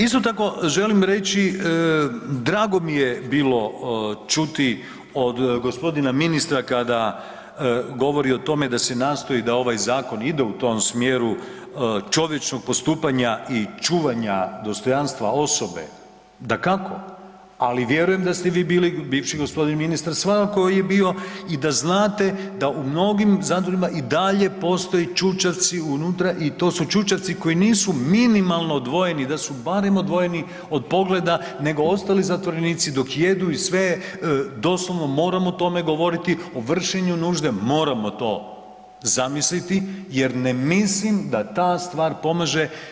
Isto tako želim reći drago mi je bilo čuti od g. ministra kada govori o tome da se nastoji da ovaj zakon ide u tom smjeru čovječnog postupanja i čuvanja dostojanstva osobe, dakako, ali vjerujem da ste vi bili i bivši g. ministar svakako je bio i da znate da u mnogim zatvorima i dalje postoji čučavci unutra i to su čučavci koji nisu minimalno odvojeni, da su barem odvojeni od pogleda, nego ostali zatvorenici dok jedu i sve, doslovno moram o tome govoriti, o vršenju nužde, moramo to zamisliti jer ne mislim da ta stvar pomaže.